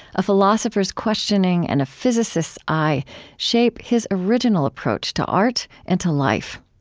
a philosopher's questioning and a physicist's eye shape his original approach to art and to life.